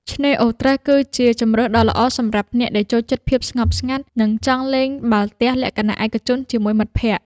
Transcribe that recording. ឆ្នេរអូរត្រេះគឺជាជម្រើសដ៏ល្អសម្រាប់អ្នកដែលចូលចិត្តភាពស្ងប់ស្ងាត់ និងចង់លេងបាល់ទះលក្ខណៈឯកជនជាមួយមិត្តភក្តិ។